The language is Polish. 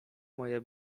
moje